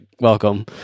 welcome